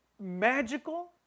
magical